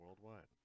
worldwide